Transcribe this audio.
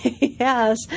yes